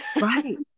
Right